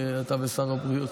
לך ולשר הבריאות.